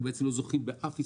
כי אנחנו לא זוכים באף עסקה,